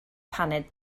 paned